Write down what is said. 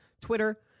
Twitter